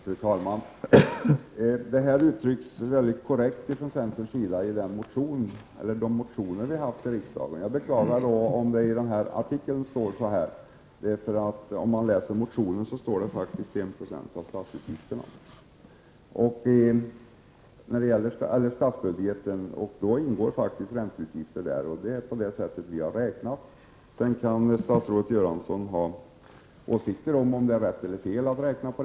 Fru talman! Vad vi anser uttrycks mycket korrekt i de motioner som vi har lagt fram för riksdagen. Jag beklagar om det står något annat i artikeln, men i motionen talas faktiskt om 1 96 av statsutgifterna. I statsbudgeten ingår faktiskt ränteutgifter, och det är så vi har räknat. Sedan kan statsrådet Göransson självfallet ha åsikter om huruvida det är rätt eller fel att räkna så.